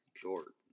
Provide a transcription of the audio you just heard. Jordan